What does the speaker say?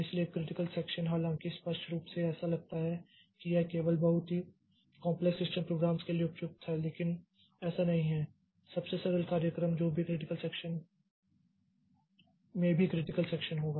इसलिए critical section हालांकि स्पष्ट रूप से ऐसा लगता है कि यह केवल बहुत ही कॉंप्लेक्स सिस्टम प्रोग्रॅम्स के लिए उप्युक है लेकिन ऐसा नहीं है सबसे सरल कार्यक्रम में भी क्रिटिकल सेक्षन होगा